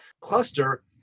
cluster